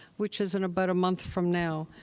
which is in about a month from now.